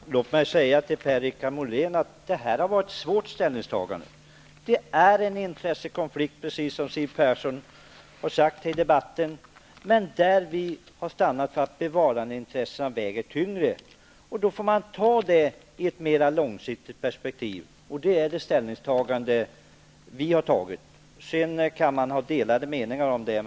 Herr talman! Låt mig säga till Per-Richard Molén att det har varit ett svårt ställningstagande. Det är en intressekonflikt, precis som Siw Persson har sagt, men vi har stannat för att bevarandeintressena väger tyngre, och vi har sett frågan i ett mera långsiktigt perspektiv. Det är skälet till det ställningstagande vi har gjort, och sedan kan man ha delade meningar om det.